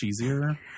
easier